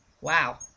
Wow